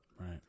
right